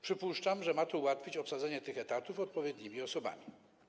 Przypuszczam, że ma to ułatwić obsadzenie tych etatów odpowiednimi osobami.